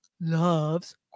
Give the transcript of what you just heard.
loves